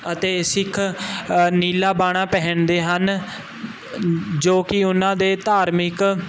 ਅਤੇ ਸਿੱਖ ਨੀਲਾ ਬਾਣਾ ਪਹਿਣਦੇ ਹਨ ਜੋ ਕੀ ਉਹਨਾਂ ਦੇ ਧਾਰਮਿਕ